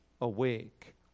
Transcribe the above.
awake